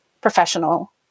professional